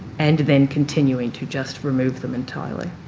and then continuing to just remove them entirely.